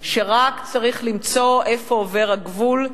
שרק צריך למצוא איפה עובר הגבול,